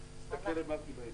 בבקשה.